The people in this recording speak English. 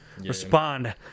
respond